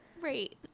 Right